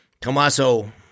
Tommaso